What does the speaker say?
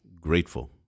grateful